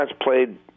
played